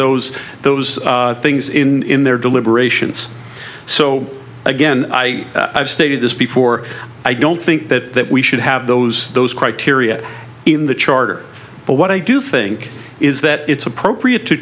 those those things in their deliberations so again i have stated this before i don't think that we should have those those criteria in the charter but what i do think is that it's appropriate to